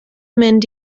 mynd